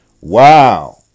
Wow